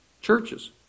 churches